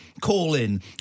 call-in